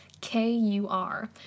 K-U-R